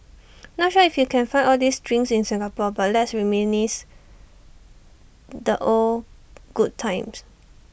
not sure if you can find all these drinks in Singapore but let's reminisce the old good times